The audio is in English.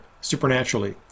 supernaturally